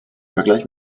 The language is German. vergleich